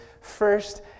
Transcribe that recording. First